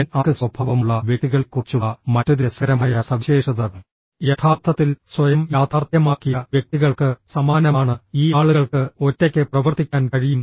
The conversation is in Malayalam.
എൻ ആക് സ്വഭാവമുള്ള വ്യക്തികളെക്കുറിച്ചുള്ള മറ്റൊരു രസകരമായ സവിശേഷത യഥാർത്ഥത്തിൽ സ്വയം യാഥാർത്ഥ്യമാക്കിയ വ്യക്തികൾക്ക് സമാനമാണ് ഈ ആളുകൾക്ക് ഒറ്റയ്ക്ക് പ്രവർത്തിക്കാൻ കഴിയും